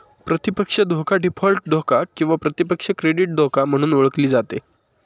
प्रतिपक्ष धोका डीफॉल्ट धोका किंवा प्रतिपक्ष क्रेडिट धोका म्हणून ओळखली जाते